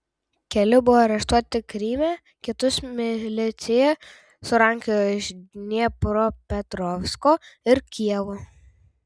keli buvo areštuoti kryme kitus milicija surankiojo iš dniepropetrovsko ir kijevo